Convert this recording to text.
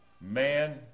man